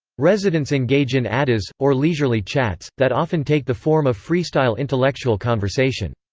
residents engage in addas, or leisurely chats, that often take the form of freestyle intellectual conversation.